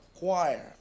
choir